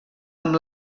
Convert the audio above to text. amb